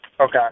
Okay